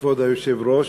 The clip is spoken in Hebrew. היושבת-ראש,